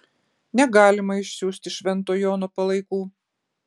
negalima išsiųsti švento jono palaikų